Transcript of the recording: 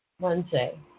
Wednesday